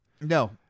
No